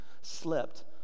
slept